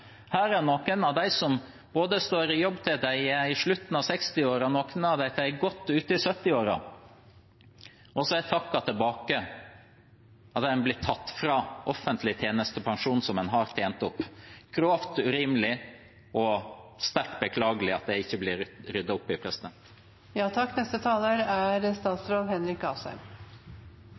Her er noen av dem som virkelig er slitere i det norske samfunnet, som står i jobb til de er i slutten av 60-årene, noen av dem til de er godt ute i 70-årene, og så er takken tilbake at en blir tatt fra offentlig tjenestepensjon en har tjent opp. Det er grovt urimelig og sterkt beklagelig at det ikke blir ryddet opp i.